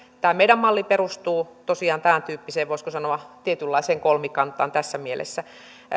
tämä meidän mallimme perustuu tosiaan tämäntyyppiseen voisiko sanoa tietynlaiseen kolmikantaan tässä mielessä